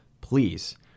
please